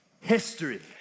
history